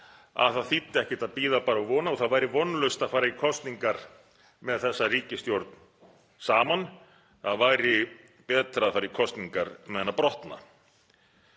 að það þýddi ekkert að bíða bara og vona og það væri vonlaust að fara í kosningar með þessa ríkisstjórn saman. Það væri betra að fara í kosningar með hana brotna.